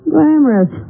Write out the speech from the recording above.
Glamorous